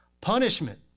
punishment